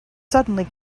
suddenly